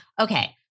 Okay